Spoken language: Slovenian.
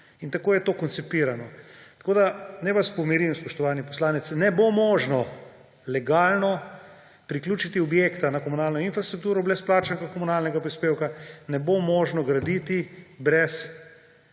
In tako je to koncipirano. Naj vas pomirim, spoštovani poslanec, ne bo možno legalno priključiti objekta na komunalno infrastrukturo brez plačanega komunalnega prispevka, ne bo mogoče graditi brez